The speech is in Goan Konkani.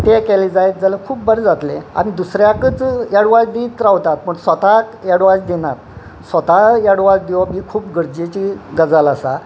ते केले जायत जाल्यार खूब बरें जातले आनी दुसऱ्याकच एडवायज दीत रावतात पूण स्वताक एडवायज दिनात स्वता एडवायज दिवप ही खूब गरजेची गजाल आसा